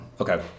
okay